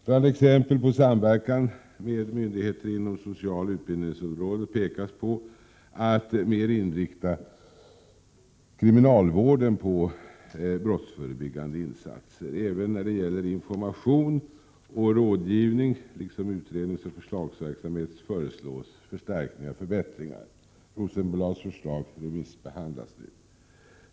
Bland exemplen på samverkan med myndigheter inom socialoch utbildningsområdet pekas på att man skall inrikta kriminalvården mer på brottsförebyggande insatser. Även när det gäller information och rådgivning, liksom utredningsoch förslagsverksamhet, föreslås förstärkningar och förbättringar. Rosenblads förslag remissbehandlas nu.